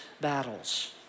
battles